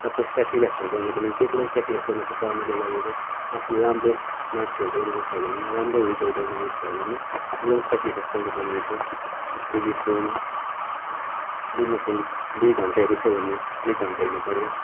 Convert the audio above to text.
सबै स्याक्रिफाइसहरू गर्नुपर्ने जे कुरा नि स्याक्रिफाइस गर्नुपर्छ पढ्नुको लागि चाहिँ आफ्नो राम्रो मार्क्सहरू ल्याउनु मन छ भने राम्रो रिजल्ट ल्याउनु मन छ भने एकदम स्याक्रिफाइस गर्नुपर्ने रहेछ जस्तै कि फोन दिनमा फोन दुई घन्टा हेर्दैछ भने एक घन्टा हेर्नुपऱ्यो